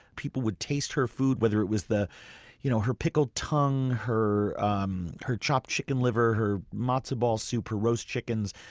people would taste her food whether it was you know her pickled tongue, her um her chopped chicken liver, her matzo ball soup, her roast chickens.